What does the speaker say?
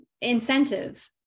incentive